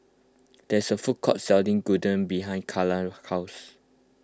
there is a food court selling Gyudon behind Cayla's house